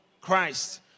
Christ